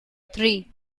three